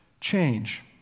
change